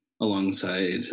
alongside